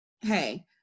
Hey